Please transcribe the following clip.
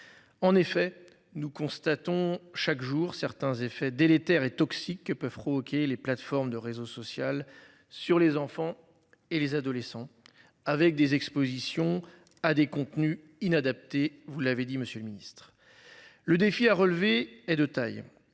En effet nous constatons chaque jour certains effets délétères et toxique que peuvent provoquer les plateformes de réseau social sur les enfants et les adolescents avec des expositions à des contenus inadaptés. Vous l'avez dit, monsieur le Ministre. Le défi à relever est de taille.